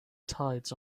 tides